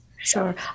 Sure